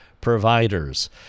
providers